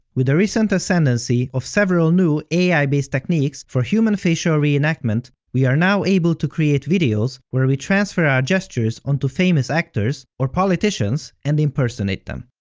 with the recent ascendancy of several new ah ai-based techniques for human facial reenactment, we are now able to create videos where we transfer our gestures onto famous actors or politicians and impersonate them.